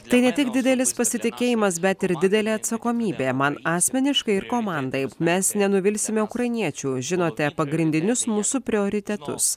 tai ne tik didelis pasitikėjimas bet ir didelė atsakomybė man asmeniškai ir komandai mes nenuvilsime ukrainiečių žinote pagrindinius mūsų prioritetus